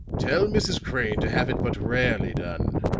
tell mrs. crane to have it but rarely done.